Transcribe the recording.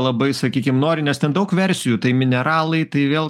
labai sakykim nori nes ten daug versijų tai mineralai tai vėl